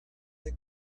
they